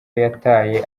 yataye